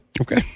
Okay